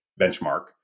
benchmark